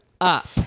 up